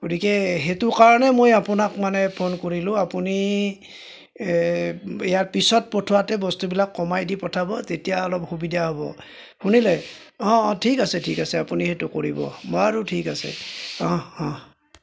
গতিকে সেইটো কাৰণেই মই আপোনাক মানে ফোন কৰিলো আপুনি ইয়াৰ পিছত পঠোৱাতে বস্তুবিলাক কমাই দি পঠাব তেতিয়া অলপ সুবিধা হ'ব শুনিলে অঁ অঁ ঠিক আছে ঠিক আছে আপুনি সেইটো কৰিব বাৰু ঠিক আছে অহ অহ